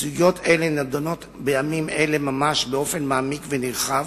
סוגיות אלה נדונות בימים אלה ממש באופן מעמיק ונרחב